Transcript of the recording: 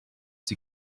sie